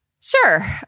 Sure